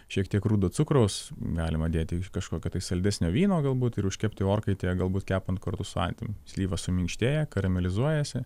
šiek tiek rudo cukraus galima dėti iš kažkokio tais saldesnio vyno galbūt ir užkepti orkaitėje galbūt kepant kartu su antim slyvos suminkštėja karamelizuojasi